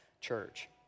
church